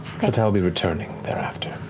but i'll be returning thereafter.